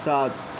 सात